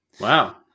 Wow